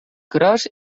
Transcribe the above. gros